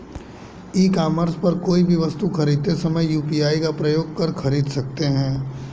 ई commerce पर कोई भी वस्तु खरीदते समय यू.पी.आई का प्रयोग कर खरीद सकते हैं